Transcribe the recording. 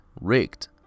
rigged